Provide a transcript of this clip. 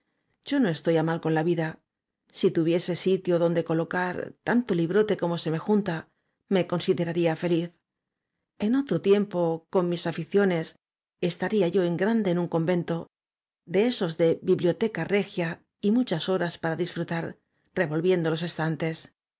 yo no estoy á mal con la vida si tuviese sitio dónde colocar tanto libróte como se me junta me consideraría feliz en otro tiempo con mis aficiones estaría yo en grande en un convento de esos de biblioteca regia y muchas horas para disfrutar revolviendo los estantes